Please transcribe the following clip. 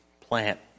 plant